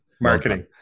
marketing